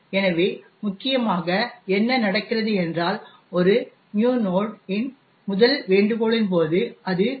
எனவே முக்கியமாக என்ன நடக்கிறது என்றால் ஒரு நியூ நோட் இன் முதல் வேண்டுகோளின் போது அது பி